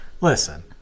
listen